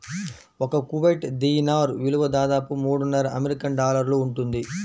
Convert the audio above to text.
ఒక Kuwait dinar విలువ దాదాపు మూడున్నర అమెరికన్ డాలర్లు ఉంటుంది